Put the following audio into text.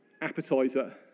appetizer